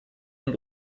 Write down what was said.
und